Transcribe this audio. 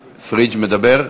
פריג' פריג' מדבר?